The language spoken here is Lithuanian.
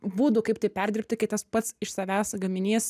būdų kaip tai perdirbti kai tas pats iš savęs gaminys